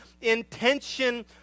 intention